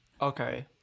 Okay